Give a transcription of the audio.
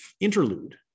interlude